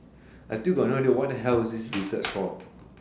I still got no idea what the hell is this research for